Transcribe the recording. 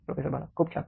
professor Bala खूप छान